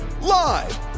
Live